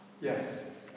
Yes